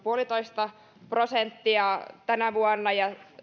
puolitoista prosenttia tänä vuonna ja